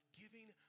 giving